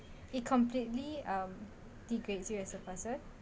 it completely um degrades you as a person